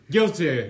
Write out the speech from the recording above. Guilty